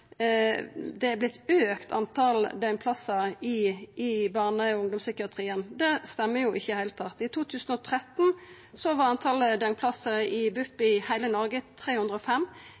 i barne- og ungdomspsykiatrien. Det stemmer ikkje i det heile. I 2013 var talet på døgnplassar i BUP i heile Noreg 305.